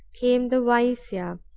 came the vaisya,